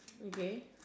okay